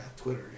Twitter